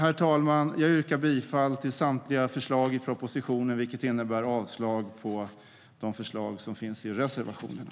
Herr talman! Jag yrkar bifall till samtliga förslag i propositionen, vilket innebär avslag på de förslag som finns i reservationerna.